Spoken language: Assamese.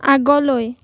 আগলৈ